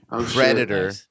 Predator